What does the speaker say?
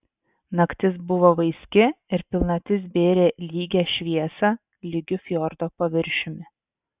naktis buvo vaiski ir pilnatis bėrė lygią šviesą lygiu fjordo paviršiumi